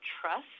trust